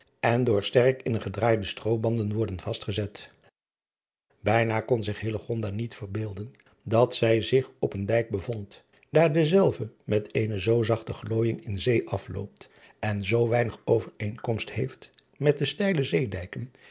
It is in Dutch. en door sterk in een gedraaide stroobanden worden vastgezet ijna kon zich niet verbeelden dat zij zich op een dijk bevond daar dezelve met eene zoo zachte glooijing in zee afloopt en zoo weinig overeenkomst heeft met de steile zeedijken